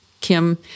Kim